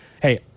Hey